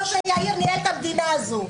הלוואי והיית --- כמו שיאיר ניהל את המדינה הזאת.